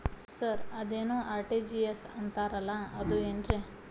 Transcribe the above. Sir ಅದೇನು RTGS ಅಂತಾರಲಾ ಅದು ಏನ್ರಿ?